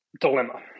dilemma